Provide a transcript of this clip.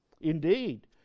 Indeed